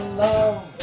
love